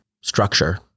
structure